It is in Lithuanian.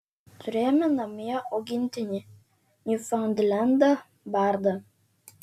turėjome namie augintinį niufaundlendą bardą